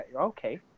okay